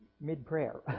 mid-prayer